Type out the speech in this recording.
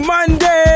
Monday